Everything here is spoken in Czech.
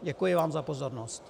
Děkuji vám za pozornost.